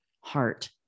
heart